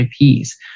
IPs